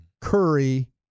Curry